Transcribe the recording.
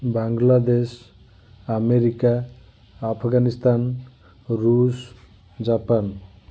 Bangladesh America Afghanistan Russia Japan